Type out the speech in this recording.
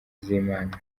z’imana